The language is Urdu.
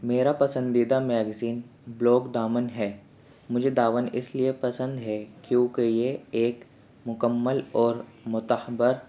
میرا پسندیدہ میگزین بلاک داون ہے مجھے داون اس لیے پسند ہے کیونکہ یہ ایک مکمل اور معتبر